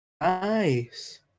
Nice